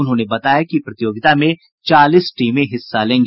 उन्होंने बताया कि प्रतियोगिता में चालीस टीमें हिस्सा लेंगी